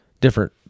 different